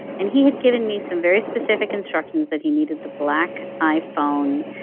and he had given me some very specific instructions that he needed the black iphone,